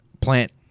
Plant